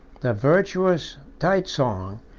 the virtuous taitsong,